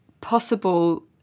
possible